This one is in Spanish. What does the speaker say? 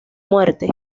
muerte